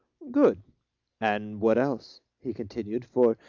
good and what else? he continued for,